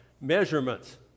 measurements